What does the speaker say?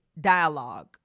dialogue